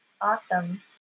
Awesome